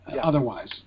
otherwise